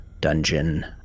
dungeon